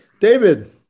David